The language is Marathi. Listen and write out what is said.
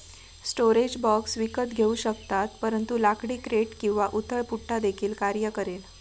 स्टोरेज बॉक्स विकत घेऊ शकतात परंतु लाकडी क्रेट किंवा उथळ पुठ्ठा देखील कार्य करेल